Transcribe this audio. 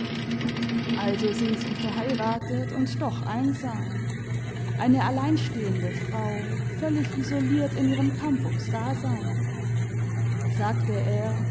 also sind sie verheiratet und doch einsam eine alleinstehende frau völlig isoliert in ihrem kampf ums dasein sagte er